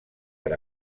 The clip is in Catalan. per